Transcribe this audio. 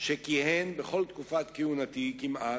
שכיהן כמעט בכל תקופת כהונתי, ג'ורג'